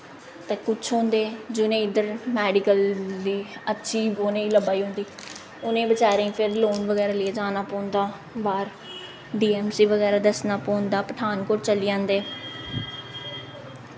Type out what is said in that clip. ते कुछ होंदे जिनें इद्धर मैडिकल दी अच्छी उनेंगी लब्भा दी होंदी उनेंगी बचारें गै फिर लोन बगैरा लेइयै जाना पौंदा बाह्र डी ऐम सी बगैरा दस्सना पौंदा पठानकोट चली जंदे